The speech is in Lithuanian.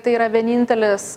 tai yra vienintelis